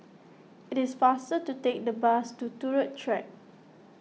it is faster to take the bus to Turut Track